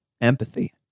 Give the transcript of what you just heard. empathy